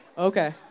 Okay